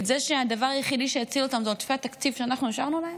את זה שהדבר היחיד שיציל אותם זה עודפי התקציב שאנחנו השארנו להם?